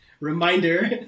reminder